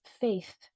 faith